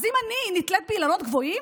אז אם אני נתלית באילנות גבוהים,